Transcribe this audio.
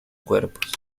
cuerpos